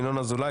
ינון אזולאי,